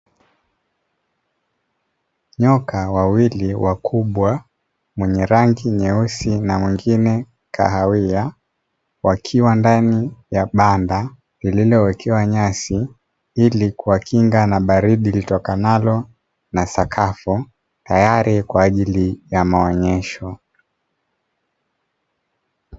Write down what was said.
Nyoka wawili wakubwa mwenye rangi nyeusi na mwingine kahawia, wakiwa ndani ya banda lililowekewa nyasi. Ili kuwakinga na baridi litokanali na sakafu, tayari kwa ajili ya maonesho.